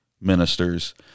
ministers